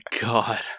God